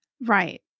Right